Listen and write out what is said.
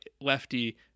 Lefty